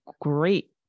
great